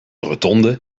rotonde